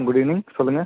good evening சொல்லுங்கள்